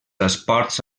esports